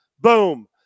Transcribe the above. Boom